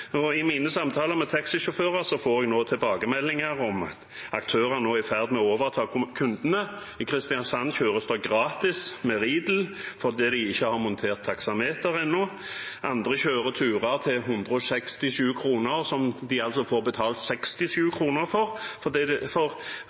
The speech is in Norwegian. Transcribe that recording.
I mine samtaler med taxisjåfører får jeg tilbakemeldinger om aktører som nå er i ferd med å overta kundene. I Kristiansand kjøres det gratis med Ridel fordi de ikke har montert taksameter ennå. Andre kjører turer til 167 kr, som de får betalt 67 kr for, fordi de kjører for